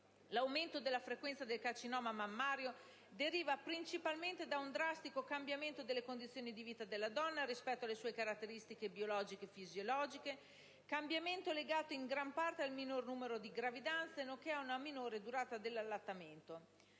L'aumento della frequenza del carcinoma mammario deriva principalmente da un drastico cambiamento delle condizioni di vita della donna rispetto alle sue caratteristiche biologiche e fisiologiche, cambiamento legato in gran parte al minor numero di gravidanze, nonché ad una minore durata dell'allattamento.